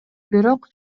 бирок